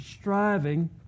striving